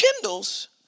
kindles